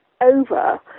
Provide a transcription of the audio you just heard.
over